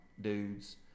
dudes